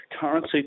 currency